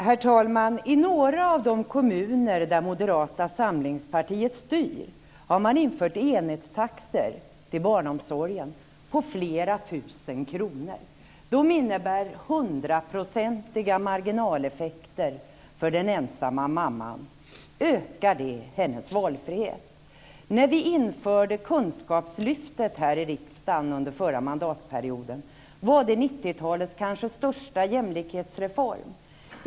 Herr talman! I några av de kommuner där Moderata samlingspartiet styr har man infört enhetstaxor om flera tusen kronor i barnomsorgen. Det innebär hundraprocentiga marginaleffekter för den ensamstående mamman. Ökar det hennes valfrihet? När vi under förra mandatperioden här i riksdagen införde kunskapslyftet var det 90-talets kanske största jämlikhetsreform.